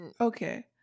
okay